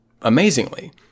amazingly